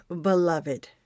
beloved